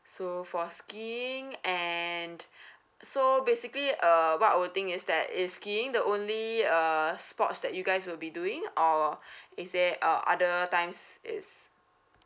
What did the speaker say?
so for skiing and so basically uh what I would think is that is skiing the only uh sports that you guys will be doing or is there uh other times it's